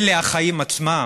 אלה החיים עצמם,